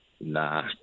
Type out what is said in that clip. nah